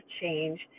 change